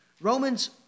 Romans